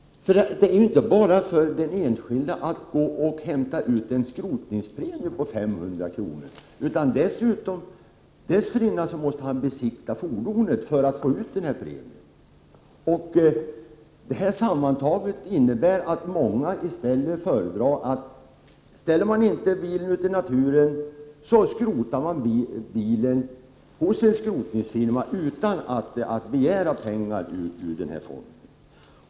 Det är inte bara för den enskilde att gå och hämta ut en skrotningspremie på 500 kr. Dessförinnan måste vederbörande besiktiga fordonet för att få ut premien. Sammantaget innebär det att många i stället föredrar att antingen ställa ut bilen i naturen eller också skrotar bilen hos en skrotningsfirma utan att begära pengar ur fonden.